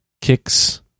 kicks